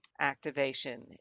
activation